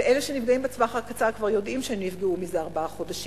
ואלה שנפגעים בטווח הקצר כבר יודעים שהם נפגעו מזה ארבעה חודשים,